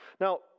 Now